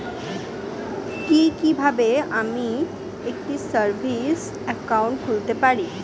কি কিভাবে আমি একটি সেভিংস একাউন্ট খুলতে পারি?